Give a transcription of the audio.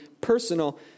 personal